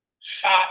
shot